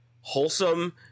wholesome